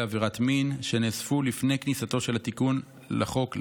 עבירת מין שנאספו לפני כניסתו של התיקון לחוק לתוקף.